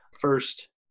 first